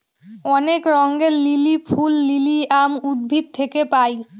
অনেক রঙের লিলি ফুল লিলিয়াম উদ্ভিদ থেকে পায়